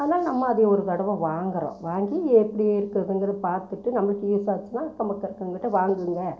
அதனால் நம்ம அது ஒரு தடவை வாங்கிறோம் வாங்கி எப்படி இருக்குதுங்கறத பார்த்துட்டு நம்மளுக்கு யூஸ் ஆச்சின்னா அக்கம் பக்கம் இருக்கவங்ககிட்ட வாங்குங்க